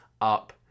up